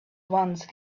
once